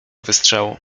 wystrzału